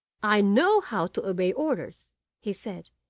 i know how to obey orders he said,